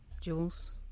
Jules